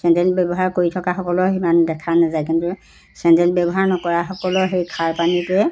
sandal ব্যৱহাৰ কৰি থকা সকলৰ সিমান দেখা নাযায় কিন্তু চেণ্ডেল ব্যৱহাৰ নকৰাসকলৰ সেই খাৰ পানীটোৱে